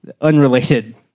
unrelated